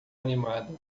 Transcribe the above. animada